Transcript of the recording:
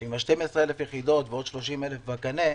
עם ה-12,000 יחידות ועוד 30,000 בקנה,